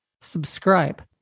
subscribe